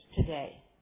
today